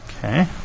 Okay